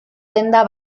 denda